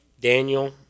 Daniel